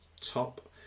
top